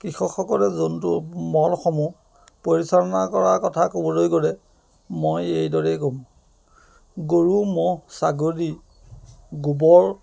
কৃষকসকলে জন্তু মলসমূহ পৰিচালনা কৰাৰ কথা ক'বলৈ গ'লে মই এইদৰেই ক'ম গৰু ম'হ ছাগলী গোবৰ